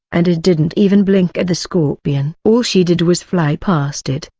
and it didn't even blink at the scorpion. all she did was fly past it,